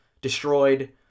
destroyed